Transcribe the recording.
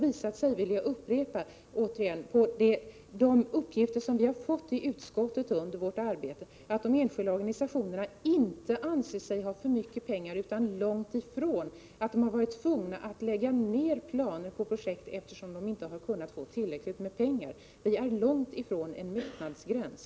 Jag vill upprepa att det under vårt arbete i utskottet har framkommit uppgifter om att de enskilda organisationerna inte anser sig ha för mycket pengar. Däremot har de varit tvungna att lägga ner planer på projekt eftersom de inte har kunnat få tillräckligt mycket pengar. Vi är långt ifrån en mättnadsgräns.